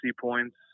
points